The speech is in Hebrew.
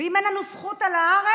אם אנחנו, אין לנו זכות על הארץ,